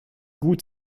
gut